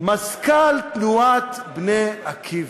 מזכ"ל תנועת "בני עקיבא".